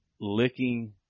licking